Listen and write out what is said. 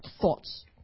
thoughts